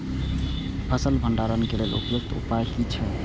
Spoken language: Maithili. फसल भंडारण के लेल उपयुक्त उपाय कि छै?